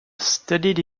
studied